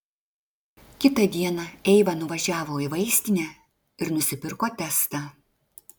kitą dieną eiva nuvažiavo į vaistinę ir nusipirko testą